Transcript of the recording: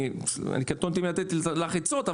אני קטונתי לתת לך עצות.